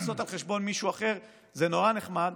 לעשות על חשבון מישהו אחר זה נורא נחמד,